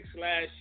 last